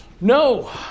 No